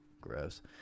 Gross